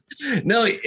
No